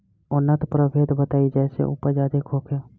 उन्नत प्रभेद बताई जेसे उपज अधिक होखे?